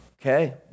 Okay